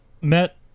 met